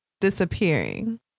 disappearing